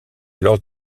alors